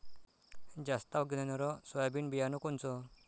जास्त आवक देणनरं सोयाबीन बियानं कोनचं?